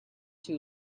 too